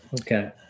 Okay